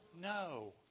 No